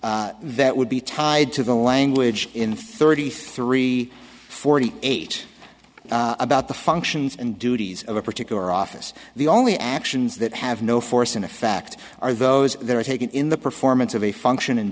e that would be tied to the language in thirty three forty eight about the functions and duties of a particular office the only actions that have no force and effect are those that are taken in the performance of a function and